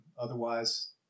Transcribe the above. otherwise